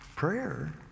Prayer